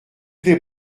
plaît